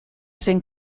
zen